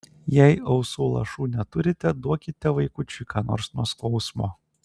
jei ausų lašų neturite duokite vaikučiui ką nors nuo skausmo